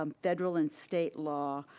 federal and state law,